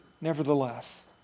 nevertheless